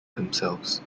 themselves